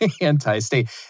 anti-state